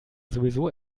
sowieso